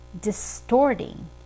distorting